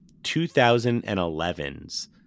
2011's